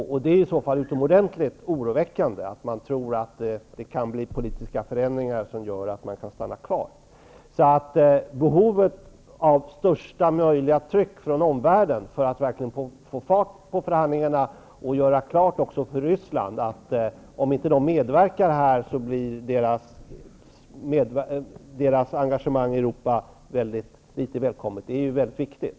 Det är utomordentligt oroväckande att man tror att det kan bli politiska förändringar som gör att man kan stanna kvar. Det är mycket viktigt med största möjliga tryck från omvärlden för att man verkligen skall få fart på förhandlingarna och också göra klart för Ryssland att om Ryssland inte medverkar blir dess engagemang i Europa föga välkommet.